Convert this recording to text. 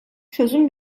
çözüm